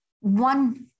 one